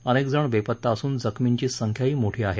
अनेकजण बेपता असून जखमींची संख्याही मोठी आहे